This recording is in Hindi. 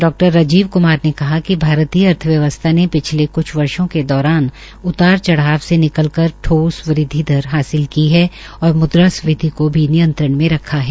डा राजीव क्मार ने कहा कि भारतीय अर्थव्यवस्था ने पिछले वर्षो के दौरान उतार चढ़ाव से निकलकर ठोस वृद्वि दर हासिल की है और मुद्रास्फीति को भी नियंत्रण में रखा है